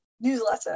newsletter